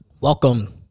Welcome